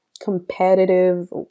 competitive